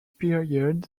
period